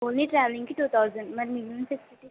only ట్రావెలింగ్కి two thousand మరి మిగిలిన ఫెసిలిటీస్